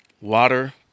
water